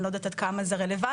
אני לא יודעת עד כמה זה רלוונטי.